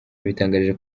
yabitangarije